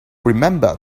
remember